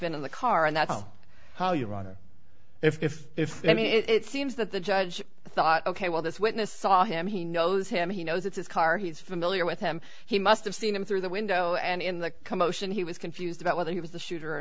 been in the car and that's how you run it if if i mean it seems that the judge thought ok well this witness saw him he knows him he knows it's car he's familiar with him he must have seen him through the window and in the commotion he was confused about whether he was the shooter or